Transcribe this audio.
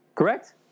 Correct